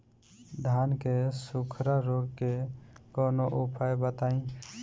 धान के सुखड़ा रोग के कौनोउपाय बताई?